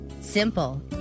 simple